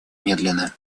медленно